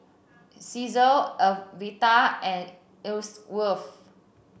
Caesar Alverta and Ellsworth